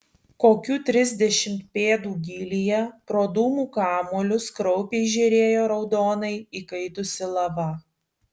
kokių trisdešimt pėdų gylyje pro dūmų kamuolius kraupiai žėrėjo raudonai įkaitusi lava